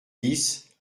dix